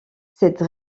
cette